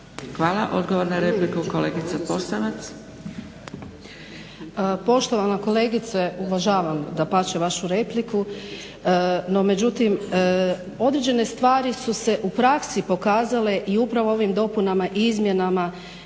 Hvala. Odgovor na repliku kolegica Posavac.